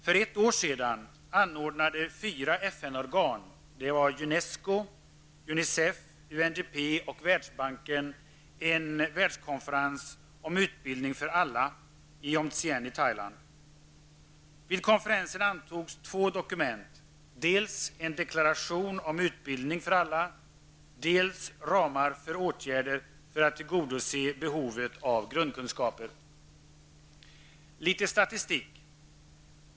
För ett år sedan anordnade fyra FN-organ -- Jag vill peka på litet statistik.